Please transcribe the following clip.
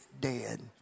dead